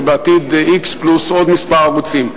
ובעתיד x פלוס עוד כמה ערוצים.